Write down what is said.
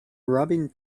robbing